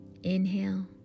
Inhale